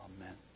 Amen